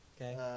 Okay